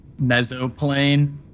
mesoplane